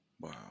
Wow